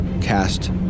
cast